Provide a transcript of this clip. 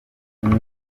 kimwe